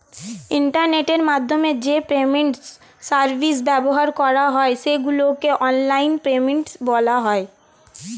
ইন্টারনেটের মাধ্যমে যে পেমেন্ট সার্ভিস ব্যবহার করা হয় সেগুলোকে অনলাইন পেমেন্ট বলা হয়